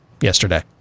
yesterday